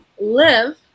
live